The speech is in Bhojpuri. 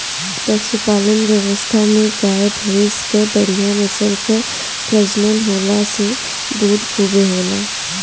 पशुपालन व्यवस्था में गाय, भइंस कअ बढ़िया नस्ल कअ प्रजनन होला से दूध खूबे होला